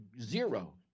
zero